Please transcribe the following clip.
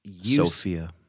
Sophia